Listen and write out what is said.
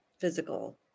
physical